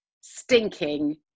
stinking